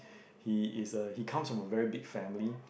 he is a he comes from a very big family